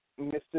Mr